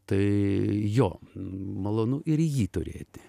tai jo malonu ir jį turėti